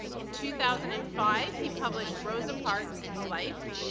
in two thousand and five he published rosa parks a life.